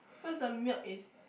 cause the milk is